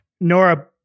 Nora